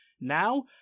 Now